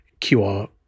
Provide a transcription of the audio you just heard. qr